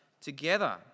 together